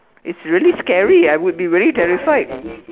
it's really scary I would be very terrified